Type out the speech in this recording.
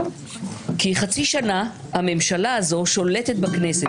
כי חצי שנה הממשלה הזו שולטת בכנסת.